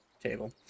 table